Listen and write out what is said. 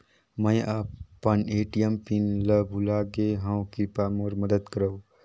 मैं अपन ATM pin ल भुला गे हवों, कृपया मोर मदद करव